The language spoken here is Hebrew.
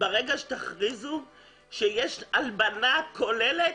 ברגע שתכריזו שיש הלבנה כוללת